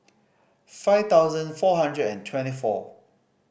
five thousand four hundred and twenty four